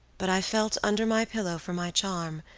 but i felt under my pillow for my charm,